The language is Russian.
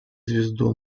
звезду